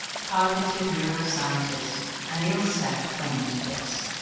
cognitive neuroscientist anil seth claimed this